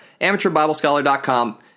amateurbiblescholar.com